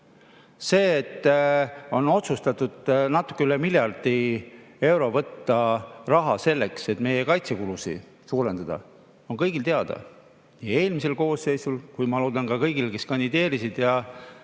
See, et on otsustatud natuke üle miljardi euro võtta laenu selleks, et meie kaitsekulusid suurendada, on kõigil teada, nii eelmisel koosseisul kui ka, ma loodan, kõigil, kes kandideerisid ja